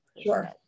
Sure